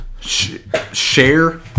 share